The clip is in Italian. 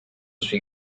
sui